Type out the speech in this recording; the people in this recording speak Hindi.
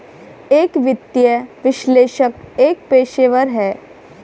एक वित्तीय विश्लेषक एक पेशेवर है